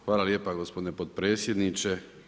Hvala lijepa gospodine potpredsjedniče.